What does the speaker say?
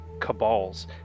cabals